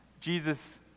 Jesus